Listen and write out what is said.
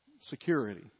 security